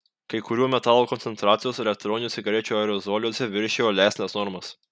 kai kurių metalų koncentracijos elektroninių cigarečių aerozoliuose viršijo leistinas normas